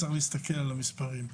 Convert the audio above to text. צריך להסתכל על המספרים,